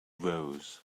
rows